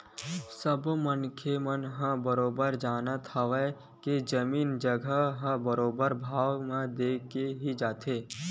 सबे मनखे ह बरोबर जानत हवय के जमीन जघा ह बरोबर भाव देके ही जाथे